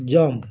jump